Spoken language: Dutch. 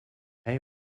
hij